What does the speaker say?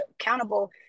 accountable